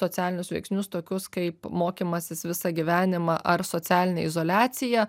socialinius veiksnius tokius kaip mokymasis visą gyvenimą ar socialinę izoliaciją